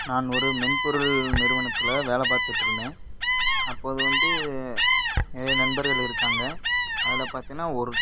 நான் ஒரு மென்பொருள் நிறுவனத்தில் வேலை பார்த்துட்டு இருந்தேன் அப்போது வந்து நெநிறைய நண்பர்கள் இருக்காங்க அதில் பார்த்திங்கன்னா ஒரு